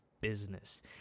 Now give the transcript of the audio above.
business